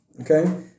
Okay